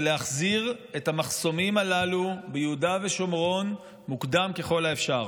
ולהחזיר את המחסומים הללו ביהודה ושומרון מוקדם ככל האפשר.